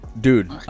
Dude